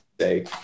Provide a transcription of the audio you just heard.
say